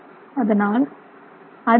அதனால் அதிக ஆர்